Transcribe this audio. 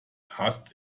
hasst